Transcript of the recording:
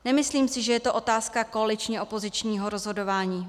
Nemyslím si, že je to otázka koaličního, opozičního rozhodování.